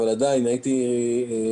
אבל עדיין הייתי מבקש,